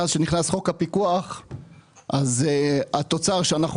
מאז שנכנס חוק הפיקוח אז התוצר שאנחנו